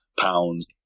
pounds